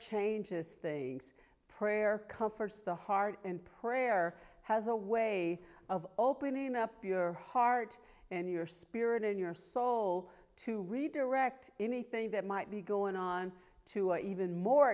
changes things prayer come first the heart and prayer has a way of opening up your heart and your spirit in your soul to redirect anything that might be going on to an even more